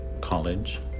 college